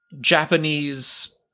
Japanese